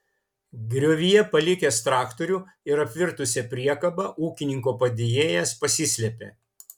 griovyje palikęs traktorių ir apvirtusią priekabą ūkininko padėjėjas pasislėpė